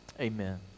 Amen